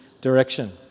direction